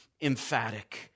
emphatic